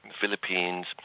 Philippines